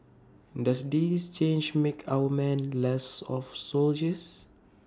does this change make our men less of soldiers